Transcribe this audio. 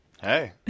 hey